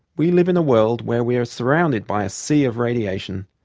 we live in a world where we are surrounded by a sea of radiation,